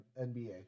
NBA